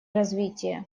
развитие